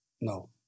No